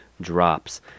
drops